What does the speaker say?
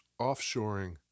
offshoring